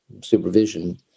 supervision